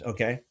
Okay